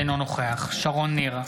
אינו נוכח שרון ניר,